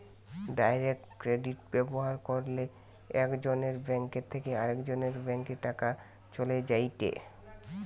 direct credit ব্যবহার কইরলে একজনের ব্যাঙ্ক থেকে আরেকজনের ব্যাংকে টাকা চলে যায়েটে